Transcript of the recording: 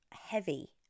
heavy